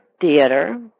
Theater